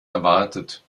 erwartet